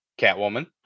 Catwoman